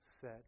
set